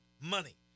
money